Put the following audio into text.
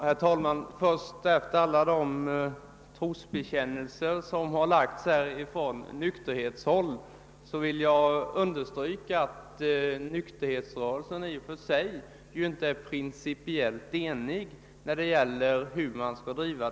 Herr talman! Efter alla de »trosbekännelser« som framförts från nykterhetshåll vill jag understryka att nykterhetsrörelsen inte är principiellt enig i de alkoholpolitiska frågorna.